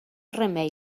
remei